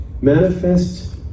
manifest